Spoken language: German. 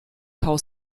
haus